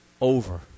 over